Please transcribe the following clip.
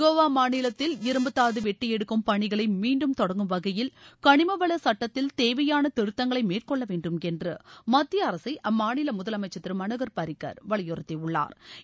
கோவா மாநிலத்தில் இரும்புத்தாது வெட்டி எடுக்கும் பணிகளை மீண்டும் தொடங்கும் வகையில் கணிமவள சட்டத்தில் தேவையான திருத்தங்களை மேற்கொள்ள வேண்டும் என்று மத்திய அரசை அம்மாநில முதலமைச்சா் திரு மனோகர் பாரிக்கா் வலியுறுத்தியுள்ளாா்